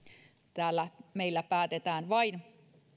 täällä meillä päätetään vain